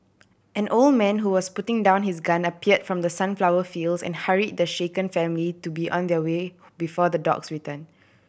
an old man who was putting down his gun appeared from the sunflower fields and hurry the shaken family to be on their way before the dogs return